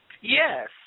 Yes